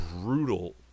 brutal